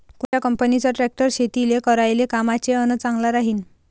कोनच्या कंपनीचा ट्रॅक्टर शेती करायले कामाचे अन चांगला राहीनं?